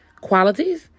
qualities